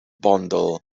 bundle